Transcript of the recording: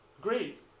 great